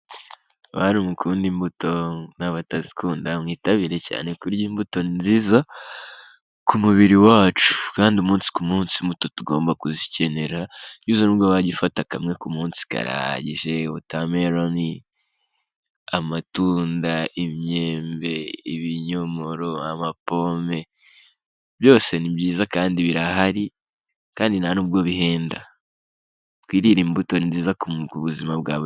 Bantu mukunda imbuto n'abatazikunda mwitabire cyane kurya imbuto ni nziza ku mubiri wacu. Kandi umunsi ku munsi imbuto tugomba kuzikenera n'ubwo wajya ufata kamwe munsi karahagije. Wotameloni, amatunda, imyembe, ibinyomoro, amapome. Byose ni byiza kandi birahari kandi nta bihenda. Twirire imbuto ni nziza ku buzima bwawe.